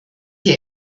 hier